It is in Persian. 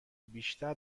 بیشتر